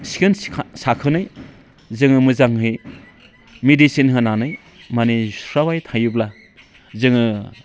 सिखोन साखोनै जोङो मोजांहै मेडिसिन होनानै माने सुस्राबाय थायोब्ला जोङो